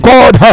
God